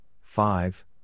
five